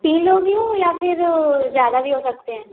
तीन लोग ही हो या फिर ज़्यादा भी हो सकते हैं